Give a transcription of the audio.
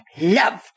loved